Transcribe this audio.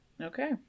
Okay